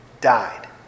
died